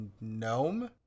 gnome